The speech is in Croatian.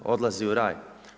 Odlazi u raj.